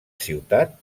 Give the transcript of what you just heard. ciutat